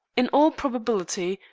in all probability,